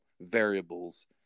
variables